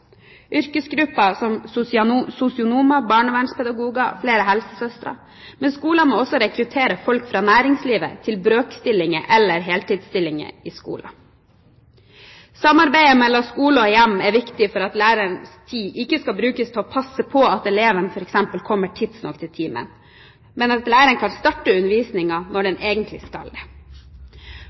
yrkesgrupper som sosionomer, barnevernspedagoger og flere helsesøstre. Men skolen må også rekruttere folk fra næringslivet til brøkstillinger eller heltidsstillinger i skolen. Samarbeidet mellom skole og hjem er viktig for at lærerens tid ikke skal brukes til å passe på at elevene f.eks. kommer tidsnok til timen, men at læreren kan starte undervisningen når den egentlig skal det.